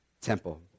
temple